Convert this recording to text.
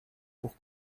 pour